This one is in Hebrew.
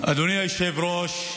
אדוני היושב-ראש,